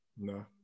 No